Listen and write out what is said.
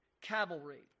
cavalry